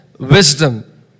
Wisdom